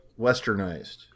westernized